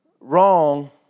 wrong